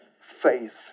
faith